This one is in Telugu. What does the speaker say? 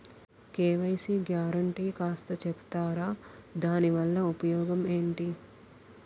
కే.వై.సీ గ్యారంటీ కాస్త చెప్తారాదాని వల్ల ఉపయోగం ఎంటి?